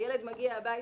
הילד מגיע הביתה,